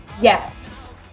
Yes